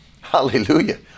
hallelujah